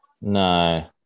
No